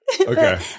Okay